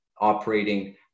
operating